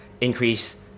increase